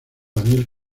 daniel